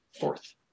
Fourth